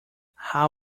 how